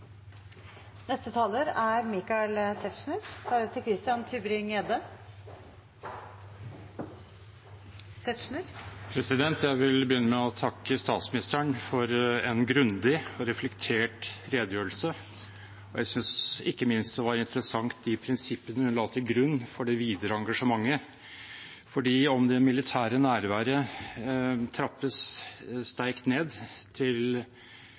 Jeg vil begynne med å takke statsministeren for en grundig og reflektert redegjørelse. Jeg synes ikke minst det var interessant med de prinsippene hun la til grunn for det videre engasjementet, for om det militære nærværet trappes sterkt ned, til